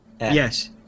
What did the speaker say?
Yes